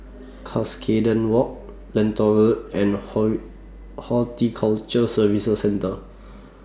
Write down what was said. Cuscaden Walk Lentor Road and Ho Horticulture Services Centre